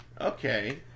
okay